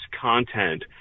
content